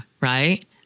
right